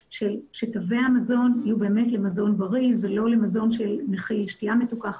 שתווי המזון יהיו באמת למזון בריא ולא למזון שמכיל שתיה מתוקה,